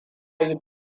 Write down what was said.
yi